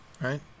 Right